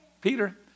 Peter